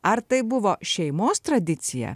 ar tai buvo šeimos tradicija